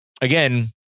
again